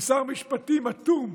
ושר משפטים אטום,